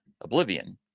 Oblivion